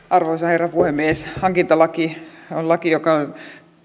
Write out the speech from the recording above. arvoisa herra puhemies hankintalaki on laki joka